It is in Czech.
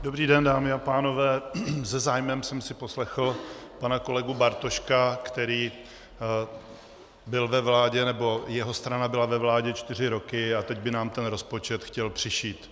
Dobrý den, dámy a pánové, se zájmem jsem si poslechl pana kolegu Bartoška, který byl ve vládě, nebo jeho strana byla ve vládě, čtyři roky, a teď by nám ten rozpočet chtěl přišít.